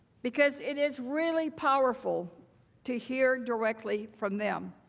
because it is really powerful to hear directly from them.